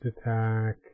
attack